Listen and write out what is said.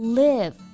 live